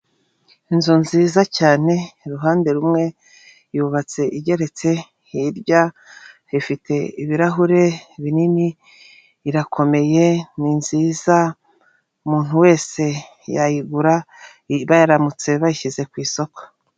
Inzu nziza cyane iruhande rumwe yubatse igeretse hirya ifite ibirahure binini irakomeye ni nziza umuntu wese yayigura baramutse bayishyize ku isoko.